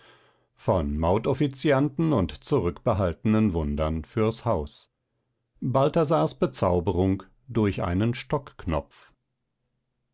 von maut offizianten und zurückbehaltenen wundern fürs haus balthasars bezauberung durch einen stockknopf